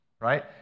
right